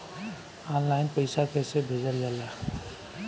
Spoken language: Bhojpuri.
ऑनलाइन पैसा कैसे भेजल जाला?